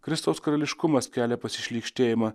kristaus karališkumas kelia pasišlykštėjimą